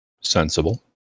Sensible